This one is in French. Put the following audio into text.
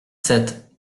sept